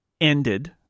ended